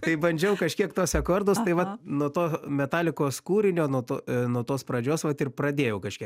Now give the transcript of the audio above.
tai bandžiau kažkiek tuos akordus tai vat nuo to metalikos kūrinio nuo to nuo tos pradžios vat ir pradėjau kažkiek